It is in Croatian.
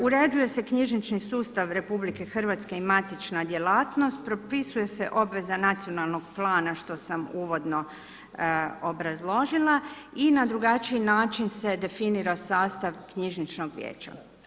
Uređuje se knjižnični sustav RH i matična djelatnost, propisuje se obveza nacionalnog plana što sam uvodno obrazložila i na drugačiji način se definira sastav knjižničnog vijeća.